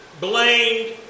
blamed